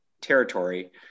territory